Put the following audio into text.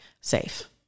safe